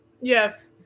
Yes